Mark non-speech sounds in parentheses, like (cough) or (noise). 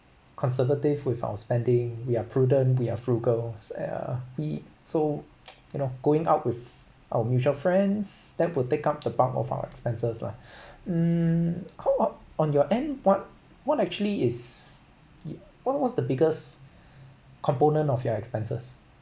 conservative with our spending we are prudent we are frugal ya e~ so (noise) you know going out with our mutual friends that will take up the bulk of our expenses lah um ho~ on your end what what actually is what was the biggest component of your expenses